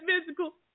physical